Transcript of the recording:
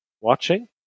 watching